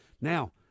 Now